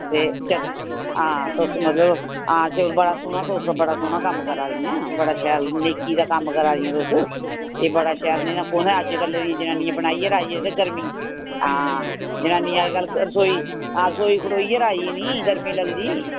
ते चलो हां तुस मतलब हां चलो बड़ा सौह्ना तुस बड़ा सौह्ना बड़ा सौह्ना कम्म करै दियां बड़ा शैल नेकी दा कम्म करा दियां तुस एह् बड़ा शैल नेईं तां कुत्थें अज्जकलै दी जननियें बनाइयै राजी नि ते गर्मी हां जनानियें अज्ज्कल रसोई खड़ोई खड़ोइयै राजी नि गर्मी लगदी